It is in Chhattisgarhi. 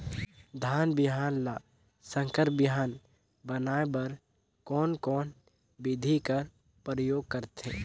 धान बिहान ल संकर बिहान बनाय बर कोन कोन बिधी कर प्रयोग करथे?